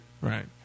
Right